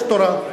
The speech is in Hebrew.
יש תורה.